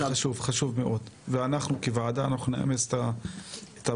זה חשוב מאוד וכוועדה אנחנו נאמץ את הבקשה